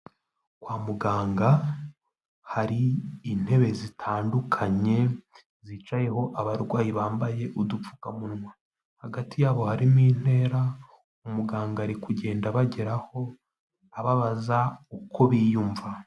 Kwa muganga hari intebe zitandukanye zicayeho abarwayi bambaye udupfukamunwa, hagati yabo harimo intera umuganga ari kugenda bageraho ababaza uko biyumva.